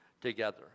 together